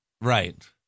Right